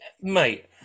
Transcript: mate